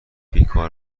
بیکار